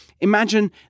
Imagine